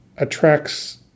attracts